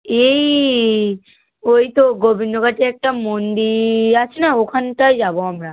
এই ওই তো গোবিন্দবাটি একটা মন্দির আছে না ওখানটায় যাবো আমরা